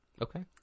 Okay